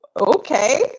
okay